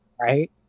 right